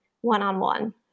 one-on-one